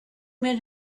men